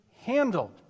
handled